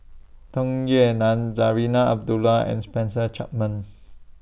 Tung Yue Nang Zarinah Abdullah and Spencer Chapman